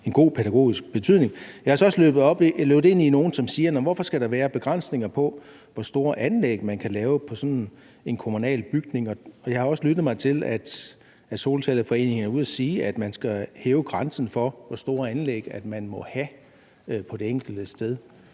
en god pædagogisk betydning. Jeg er så også løbet ind i nogle, som spørger: Hvorfor skal der være begrænsninger på, hvor store anlæg man kan lave på sådan en kommunal bygning? Jeg har også lyttet mig til, at solcelleforeningerne er ude at sige, at man skal hæve grænsen for, hvor store anlæg man må have på det enkelte sted.